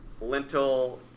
Lentil